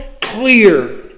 clear